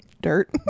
Dirt